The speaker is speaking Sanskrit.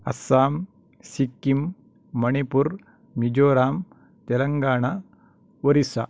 अस्साम् सिक्किम् मणिपुर् मिजोराम् तेलङ्गाणा ओरिस्सा